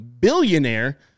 billionaire